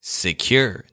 secure